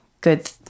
good